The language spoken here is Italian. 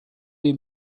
dei